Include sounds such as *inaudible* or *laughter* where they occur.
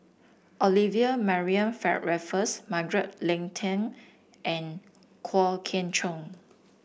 Olivia Mariamne *unintelligible* Raffles Margaret Leng Tan and Kwok Kian Chow